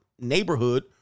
neighborhood